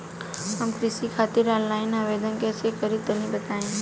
हम कृषि खातिर आनलाइन आवेदन कइसे करि तनि बताई?